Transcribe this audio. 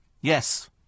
Yes